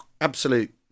absolute